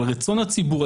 על רצון הציבור,